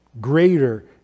greater